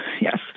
yes